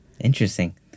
Interesting